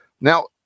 Now